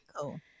Cool